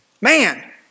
man